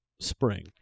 spring